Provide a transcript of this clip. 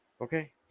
Okay